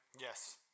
Yes